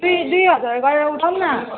दुई दुई हजार गरेर उठाउँ न